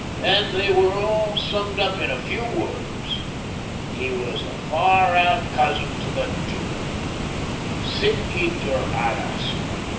that they were all summed up in a few words he was a far-out cousin to the duke sic itur ad astra.